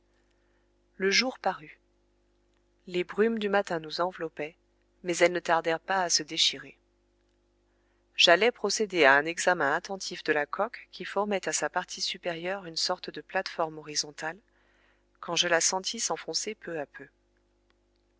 le jour parut les brumes du matin nous enveloppaient mais elles ne tardèrent pas à se déchirer j'allais procéder à un examen attentif de la coque qui formait à sa partie supérieure une sorte de plate-forme horizontale quand je la sentis s'enfoncer peu à peu